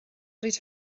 bryd